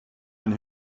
ein